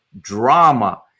drama